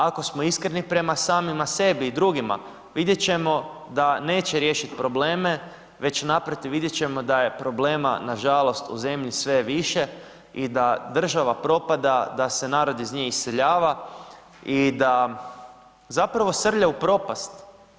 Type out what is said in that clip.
Ako smo iskreni prema samima sebi i drugima vidjeti ćemo da neće riješiti probleme, već naprotiv vidjeti ćemo da je problema nažalost u zemlji sve više i da država propada, da se narod iz nje iseljava i da zapravo srlja u propast.